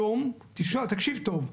היום, תקשיב טוב,